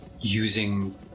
using